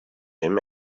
him